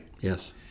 yes